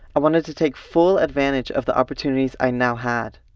i wanted to take full advantage of the opportunities i now had,